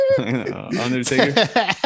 Undertaker